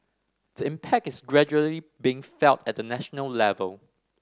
the impact is gradually being felt at the national level